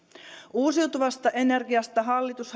uusiutuvasta energiasta hallitus